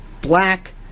black